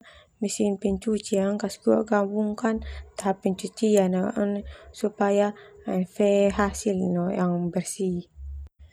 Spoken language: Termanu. Mesin pencuci angka sepuluh gabungkan tahap penucuian supaya fe hasil bersih.